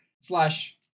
Slash